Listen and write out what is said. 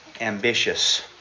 Ambitious